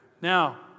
Now